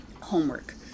homework